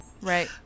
Right